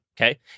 okay